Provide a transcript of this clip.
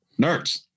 Nerds